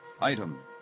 Item